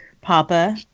papa